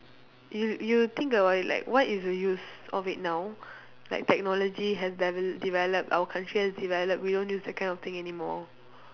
you you think about it like what is the use of it now like technology has devel~ developed our country has developed we don't use that kind of thing anymore